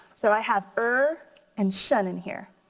so i have er and shun in here.